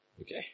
Okay